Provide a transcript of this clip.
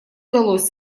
удалось